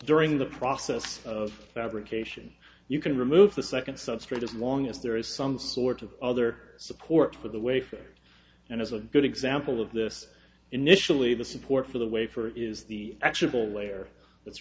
during the process of fabrication you can remove the second substrate as long as there is some sort of other support for the way for it and as a good example of this initially the support for the way for is the actual